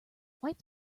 wipe